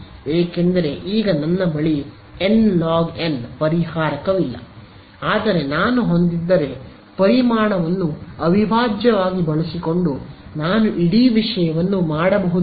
ಏಕೆಂದರೆ ಈಗ ನನ್ನ ಬಳಿ ಎನ್ ಲೊಗ್ ಎನ್ ಪರಿಹಾರಕವಿಲ್ಲ ಆದರೆ ನಾನು ಹೊಂದಿದ್ದರೆ ಪರಿಮಾಣವನ್ನು ಅವಿಭಾಜ್ಯವಾಗಿ ಬಳಸಿಕೊಂಡು ನಾನು ಇಡೀ ವಿಷಯವನ್ನು ಮಾಡಬಹುದಿತ್ತು